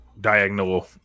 diagonal